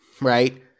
Right